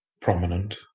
prominent